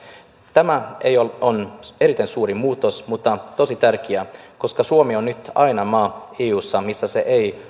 tämä ei ole erittäin suuri muutos mutta tosi tärkeä koska suomi on nyt ainoa maa eussa missä ei